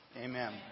amen